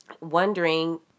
wondering